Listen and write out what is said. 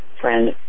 friend